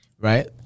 right